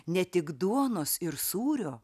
ne tik duonos ir sūrio